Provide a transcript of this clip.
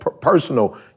personal